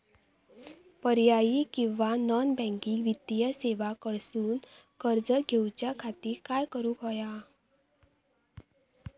पर्यायी किंवा non banking वित्तीय सेवा कडसून कर्ज घेऊच्या खाती काय करुक होया?